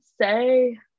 say